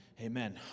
Amen